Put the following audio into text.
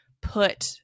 put